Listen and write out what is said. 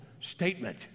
statement